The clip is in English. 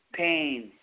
pain